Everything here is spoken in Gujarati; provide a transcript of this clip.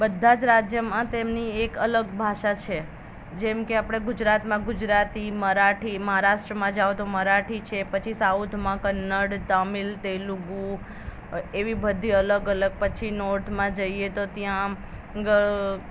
બધા જ રાજ્યમાં તેમની એક અલગ ભાષા છે જેમ કે આપણે ગુજરાતમાં ગુજરાતી મરાઠી મહારાષ્ટ્રમાં જાઓ તો મરાઠી છે પછી સાઉથમાં કન્નડ તામિલ તેલુગુ એવી બધી અલગ અલગ પછી નોર્થમાં જઈએ તો ત્યાં ગળ